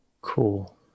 cool